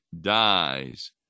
dies